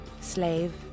Slave